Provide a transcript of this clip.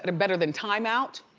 and better than time out.